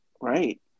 Right